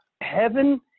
heaven